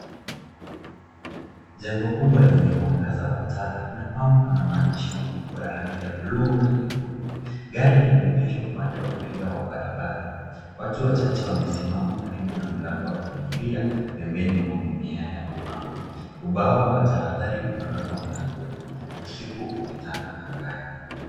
Jengo kubwa lenye mwangaza wa taa linapambwa na maandishi makubwa ya rangi ya bluu na nyekundu. Gari limeegeshwa upande wa kulia wa barabara. Watu wachache wamesimama karibu na mlango wa kuingilia pembeni mwa mimea ya mapambo. Ubao wa tahadhari umwekwa mlangoni. Usiku umetanda angani.